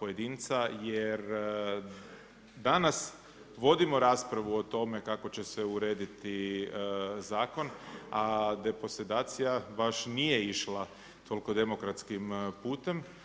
pojedinca jer danas vodimo raspravo o tome kako će se urediti zakon a deposedacija baš nije išla toliko demokratskim putem.